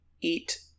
eat